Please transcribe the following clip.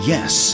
Yes